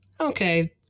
Okay